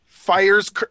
fires